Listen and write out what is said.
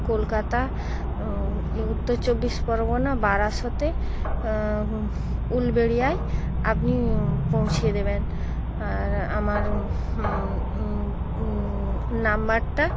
কলকাতা এ উত্তর চব্বিশ পরগনা বারাসতে উলবেড়িয়ায় আপনি পৌঁছিয়ে দেবেন আর আমার নম্বরটা